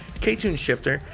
ktuned shifter,